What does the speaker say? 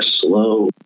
slow